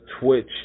Twitch